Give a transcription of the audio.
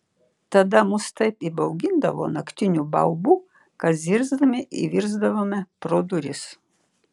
tada mus taip įbaugindavo naktiniu baubu kad zirzdami įvirsdavome pro duris